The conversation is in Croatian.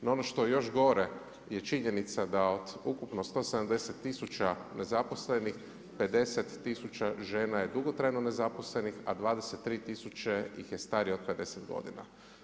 Ili ono što je još gore je činjenica da od ukupno 170 tisuća nezaposlenih, 50000 žena je dugotrajno nezaposlenih, a 23000 ih je starije od 50 godina.